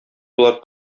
болар